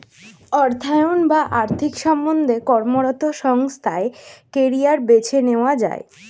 অর্থায়ন বা আর্থিক সম্বন্ধে কর্মরত সংস্থায় কেরিয়ার বেছে নেওয়া যায়